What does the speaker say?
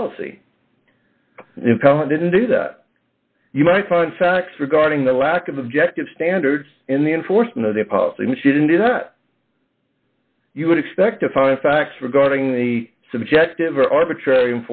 policy you didn't do that you might find facts regarding the lack of objective standards in the enforcement of the policy and she didn't do that you would expect to find facts regarding the subjective or arbitrary